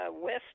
west